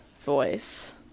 voice